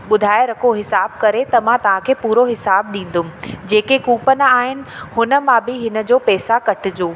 ॿुधाए रखो हिसाब करे त मां तव्हांखे पूरो हिसाब ॾींदमि जेके कूपन आहिनि हुन मां बि हिन जो पैसा कटिजो